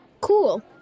cool